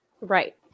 Right